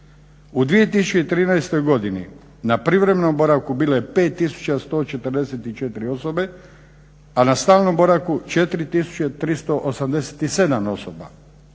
U 2013. godini na privremenom boravku bilo je 5144 osobe, a na stalnom boravku 4387 osoba.